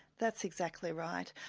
that's exactly right.